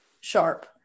sharp